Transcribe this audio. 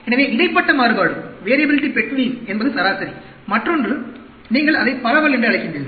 எனவே இடைப்பட்ட மாறுபாடு என்பது சராசரி மற்றொன்று நீங்கள் அதை பரவல் என்று அழைக்கிறீர்கள்